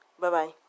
Bye-bye